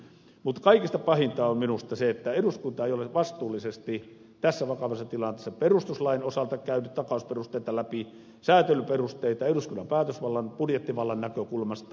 mutta kaikista pahinta on minusta se että eduskunta ei ole vastuullisesti tässä vakavassa tilanteessa perustuslain osalta käynyt takausperusteita läpi säätelyperusteita eduskunnan päätösvallan budjettivallan näkökulmasta